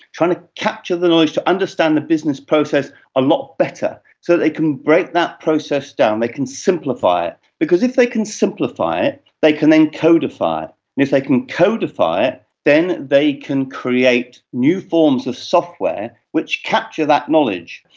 trying to capture the knowledge to understand the business process a lot better so that they can break that process down, they can simplify it. because if they can simplify it they can then codify it, and if they can codify it then they can create new forms of software which capture that knowledge.